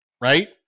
Right